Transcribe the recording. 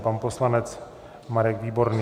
Pan poslanec Marek Výborný.